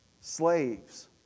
Slaves